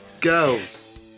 Girls